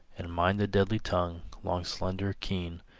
and mine the deadly tongue, long, slender, keen,